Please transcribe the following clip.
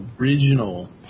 original